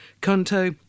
Canto